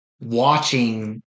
watching